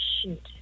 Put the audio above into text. shoot